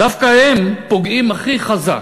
דווקא הם פוגעים הכי חזק.